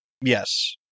Yes